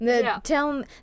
Tell